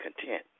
content